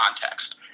context